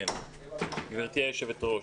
גבירתי היושבת-ראש,